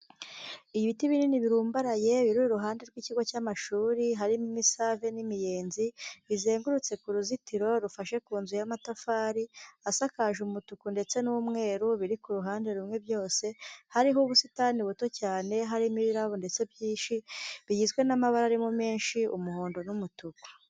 Ibiti binini birumbaraye, biri iruhande rw'ikigo cy'amashuri, harimo imisave n'imiyenzi, bizengurutse ku ruzitiro, rufashe ku nzu y'amatafari asakaje umutuku ndetse n'umweru, biri ku ruhande rumwe byose, hariho ubusitani buto cyane, harimo ibirabo ndetse byinshi, bigizwe n'amabara arimo menshi umuhondo n'umutuku.